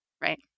right